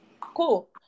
Cool